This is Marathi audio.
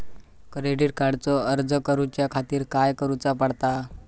क्रेडिट कार्डचो अर्ज करुच्या खातीर काय करूचा पडता?